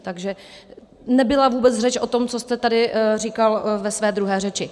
Takže nebyla vůbec řeč o tom, co jste tady říkal ve své druhé řeči.